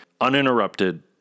uninterrupted